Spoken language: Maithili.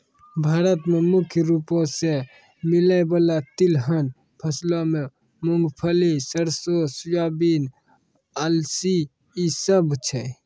भारत मे मुख्य रूपो से मिलै बाला तिलहन फसलो मे मूंगफली, सरसो, सोयाबीन, अलसी इ सभ छै